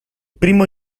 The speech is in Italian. primo